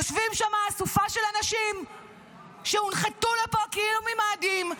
יושבת שם אסופה של אנשים שהונחתו לפה כאילו הם ממאדים,